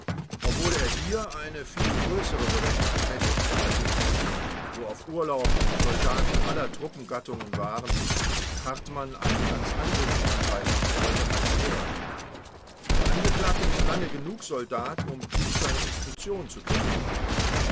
obwohl er hier eine viel größere berechtigung hätte als in essen wo auf urlaub soldaten aller truppengattungen waren und hartmann einem ganz anderen truppenteil angehörte als er der angeklagte ist lange genug soldat um nicht seine instruktion zu kennen